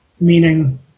meaning